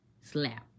Slap